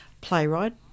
playwright